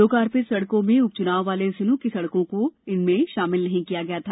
लोकार्पित सड़कों में उप चुनाव वाले जिलों की सड़कों को इसमें शामिल नहीं किया गया था